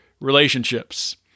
relationships